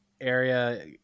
area